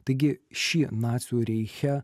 taigi šie nacių reiche